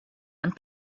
and